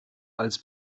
als